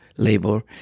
labor